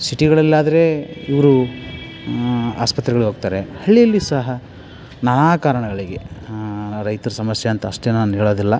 ಸಿಟಿಗಳಲ್ಲಾದರೆ ಇವರು ಆಸ್ಪತ್ರೆಗಳಿಗೊಗ್ತಾರೆ ಹಳ್ಳೀಲಿ ಸಹ ನಾನಾ ಕಾರಣಗಳಿಗೆ ರೈತ್ರ ಸಮಸ್ಯೆ ಅಂತ ಅಷ್ಟೆ ನಾನು ಹೇಳೋದಿಲ್ಲ